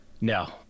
no